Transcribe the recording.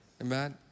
Amen